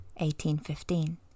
1815